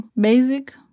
basic